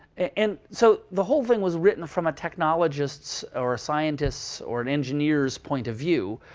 and so the whole thing was written from a technologist's or a scientist's or an engineer's point of view,